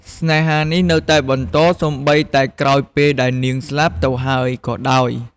ស្នេហានេះនៅតែបន្តសូម្បីតែក្រោយពេលដែលនាងស្លាប់ទៅហើយក៏ដោយ ។